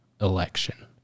election